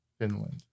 Finland